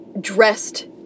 dressed